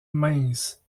mince